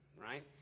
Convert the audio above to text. right